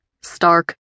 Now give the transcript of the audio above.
Stark